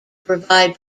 provide